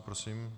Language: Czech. Prosím.